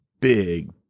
big